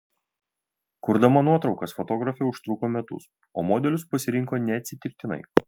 kurdama nuotraukas fotografė užtruko metus o modelius pasirinko neatsitiktinai